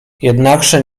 jednakże